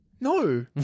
No